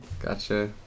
Gotcha